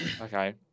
okay